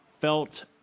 felt